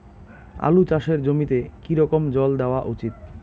আলু চাষের জমিতে কি রকম জল দেওয়া উচিৎ?